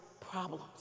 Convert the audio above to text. problems